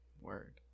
word